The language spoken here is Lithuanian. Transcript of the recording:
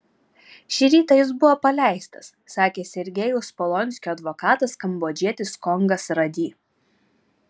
šį rytą jis buvo paleistas sakė sergejaus polonskio advokatas kambodžietis kongas rady